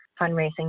fundraising